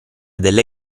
delle